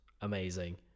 amazing